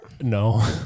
No